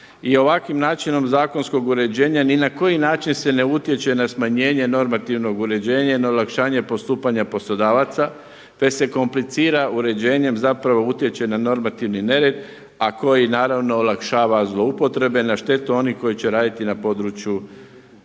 i ovakvim načinom zakonskog uređenja ni na koji način se ne utječe na smanjenje normativnog uređenja ni olakšanje postupanja poslodavaca, te se komplicira uređenjem zapravo utječe na normativni nered, a koji naravno olakšava zloupotrebe na štetu onih koji će raditi na području RH.